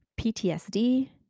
PTSD